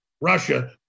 Russia